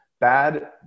Bad